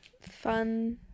Fun